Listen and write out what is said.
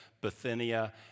Bithynia